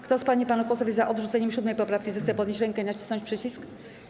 Kto z pań i panów posłów jest za odrzuceniem 7. poprawki, zechce podnieść rękę i nacisnąć przycisk.